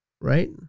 Right